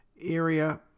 area